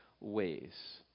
ways